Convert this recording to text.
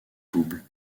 double